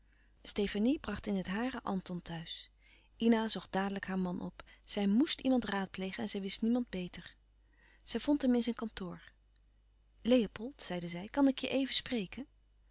stefanie bracht in het hare anton thuis ina zocht dadelijk haar man op zij moest iemand raadplegen en zij wist niemand beter zij vond hem in zijn kantoor leopold zeide zij kan ik je even spreken